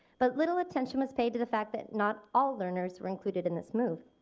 but little attention was paid to the fact that not all learners were included in this move.